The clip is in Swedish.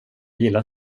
gillar